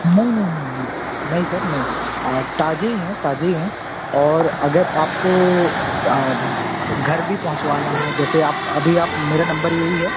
नहीं नहीं नहीं नहीं नहीं सर नई ताज़े ही हैं ताज़े ही हैं और अगर आपको घर भी पहुँचवाना है जैसे आप अभी आप मेरा नम्बर यही है